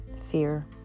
fear